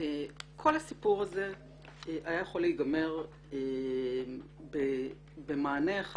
כל הסיפור הזה היה יכול להיגמר במענה אחד